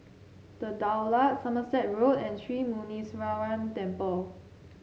The Daulat Somerset Road and Sri Muneeswaran Temple